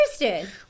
interested